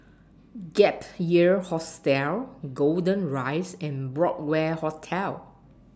Gap Year Hostel Golden Rise and Broadway Hotel